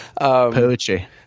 poetry